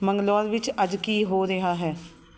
ਮੰਗਲੋਰ ਵਿੱਚ ਅੱਜ ਕੀ ਹੋ ਰਿਹਾ ਹੈ